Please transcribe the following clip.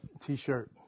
T-shirt